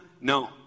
No